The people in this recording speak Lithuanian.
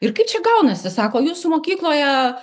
ir kaip čia gaunasi sako jūsų mokykloje